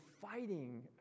fighting